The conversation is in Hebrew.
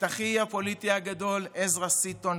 את אחי הפוליטי הגדול עזרא סיטון,